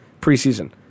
preseason